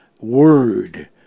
word